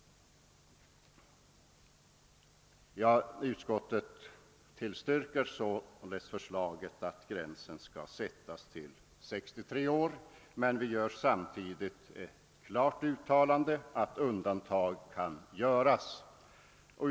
Utskottet tillstyrker förslaget att gränsen skall sättas till 63 år, men vi gör samtidigt ett klart uttalande om att undantag härifrån kan medges.